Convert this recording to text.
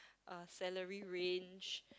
uh salary range